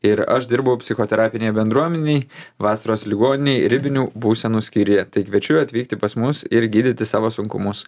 ir aš dirbu psichoterapinėje bendruomenėj vasaros ligoninėj ribinių būsenų skyriuje tai kviečiu atvykti pas mus ir gydyti savo sunkumus